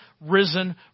risen